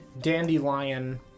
Dandelion